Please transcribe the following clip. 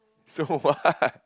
so what